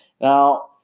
Now